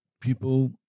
people